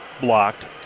blocked